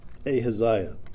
Ahaziah